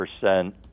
percent